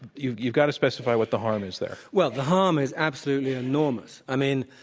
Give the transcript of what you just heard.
you've you've got to specify what the harm is there. well, the harm is absolutely enormous, i mean,